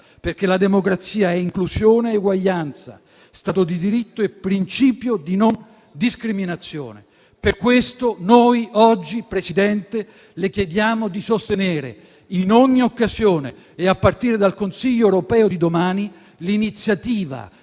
La democrazia è infatti inclusione e uguaglianza, Stato di diritto e principio di non discriminazione. Per questo noi oggi, Presidente, le chiediamo di sostenere in ogni occasione, a partire dal Consiglio europeo di domani, l'iniziativa